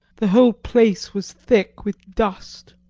the whole place was thick with dust.